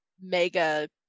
mega